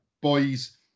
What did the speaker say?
boys